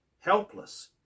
helpless